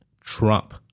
Trump